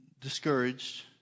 discouraged